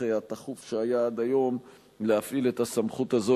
התכוף שהיה עד היום להפעיל את הסמכות הזו,